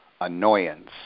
annoyance